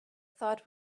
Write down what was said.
thought